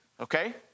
Okay